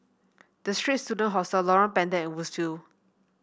The Straits Students Hostel Lorong Pendek and Woodsville